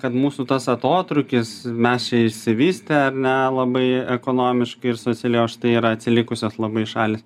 kad mūsų tas atotrūkis mes čia išsivystę ar ne labai ekonomiškai ir socialiai o štai yra atsilikusios labai šalys